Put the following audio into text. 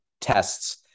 tests